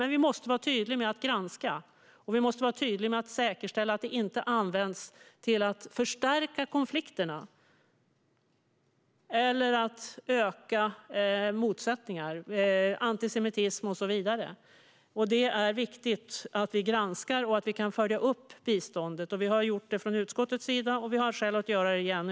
Men vi måste vara tydliga med att granska och att säkerställa att det inte används till att förstärka konflikterna eller öka motsättningar, antisemitism och så vidare. Det är viktigt att vi granskar och kan följa upp biståndet. Det har vi gjort från utskottets sida, och vi har skäl att göra det igen.